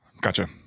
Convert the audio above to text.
Gotcha